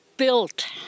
Built